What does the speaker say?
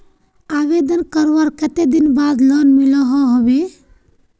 आवेदन करवार कते दिन बाद लोन मिलोहो होबे?